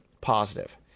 positive